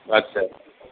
আচ্ছা